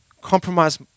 compromise